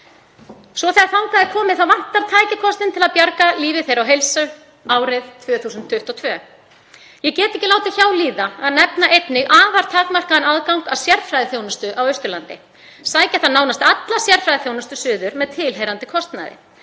Svo þegar þangað er komið vantar tækjakostinn til að bjarga lífi þeirra og heilsu og við erum að tala um árið 2022. Ég get ekki látið hjá líða að nefna einnig afar takmarkaðan aðgang að sérfræðiþjónustu á Austurlandi. Sækja þarf nánast alla sérfræðiþjónustu suður með tilheyrandi kostnaði.